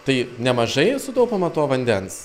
tai nemažai sutaupoma to vandens